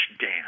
Dan